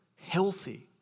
healthy